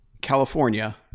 California